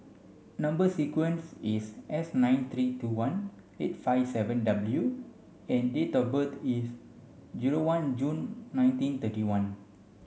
number sequence is S nine three two one eight five seven W and date of birth is zero one June nineteen thirty one